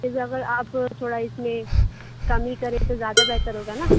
پھر بھی اگر آپ تھوڑا اِس میں کمی کریں تو زیادہ بہتر ہوگا نا